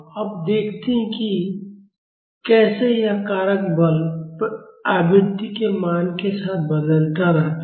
अब देखते हैं कि कैसे यह कारक बल आवृत्ति के मान के साथ बदलता रहता है